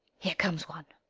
here comes one.